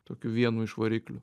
tokiu vienu iš variklių